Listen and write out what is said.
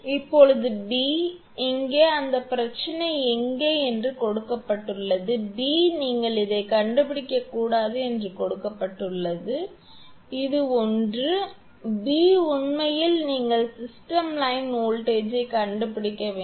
இப்போது b இங்கே அந்த பிரச்சனை எங்கே என்று கொடுக்கப்பட்டுள்ளது b நீங்கள் இதை கண்டுபிடிக்க கூடாது என்று கொடுக்கப்பட்டுள்ளது உதாரணம் 4 இது ஒன்று b உண்மையில் நீங்கள் சிஸ்டம் லைன் வோல்ட்டேஜ்ஜை கண்டுபிடிக்க வேண்டும்